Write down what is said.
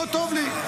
פה טוב לי.